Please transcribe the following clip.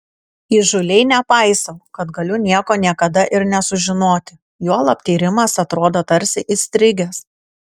įžūliai nepaisau kad galiu nieko niekada ir nesužinoti juolab tyrimas atrodo tarsi įstrigęs